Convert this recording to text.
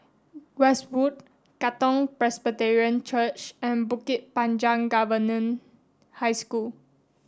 Westwood Katong Presbyterian Church and Bukit Panjang Government High School